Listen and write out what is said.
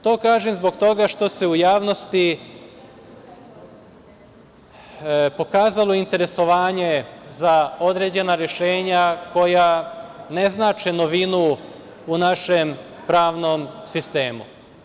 To kažem zbog toga što se u javnosti pokazalo interesovanje za određena rešenja koja ne znače novinu u našem pravnom sistemu.